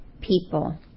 people